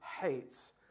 hates